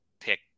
pick